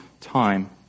time